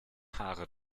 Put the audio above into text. haare